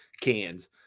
cans